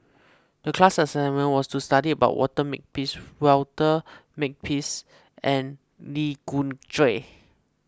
the class assignment was to study about Walter Makepeace Walter Makepeace and Lee Khoon Choy